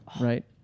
right